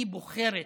אני בוחרת,